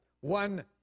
One